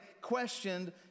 questioned